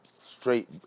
straight